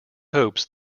hopes